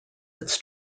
its